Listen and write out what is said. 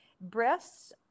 breasts